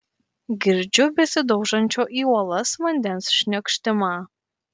girdžiu besidaužančio į uolas vandens šniokštimą